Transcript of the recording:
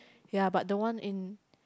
ya but the one in